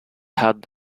had